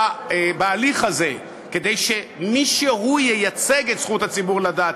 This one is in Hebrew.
בהליך הזה כדי שמישהו ייצג את זכות הציבור לדעת,